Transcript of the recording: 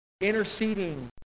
interceding